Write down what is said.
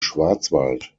schwarzwald